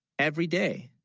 every day,